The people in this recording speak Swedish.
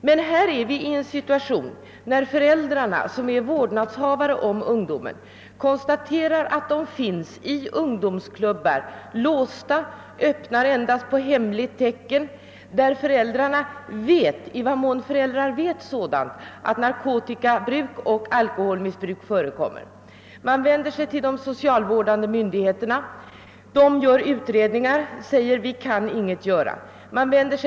Det händer att föräldrar konstaterar att de ungdomar, vilkas vårdnadshavare de är, finns i ungdomsklubbar som är låsta och endast öppnas på hemligt tecken och där föräldrarna vet — i den mån föräldrar vet sådant — att narkotikaoch alkoholmissbruk förekommer. Man vänder sig så till de socialvårdande myndigheterna, som företar en utredning men säger att de ingenting kan göra.